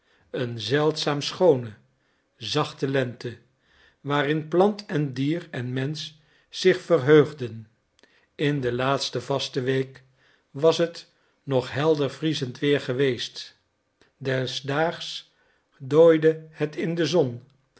een zeldzaam schoone zachte lente waarin plant en dier en mensch zich verheugden in de laatste vastenweek was het nog helder vriezend weer geweest des daags dooide het in de zon